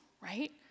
right